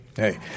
Hey